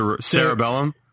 cerebellum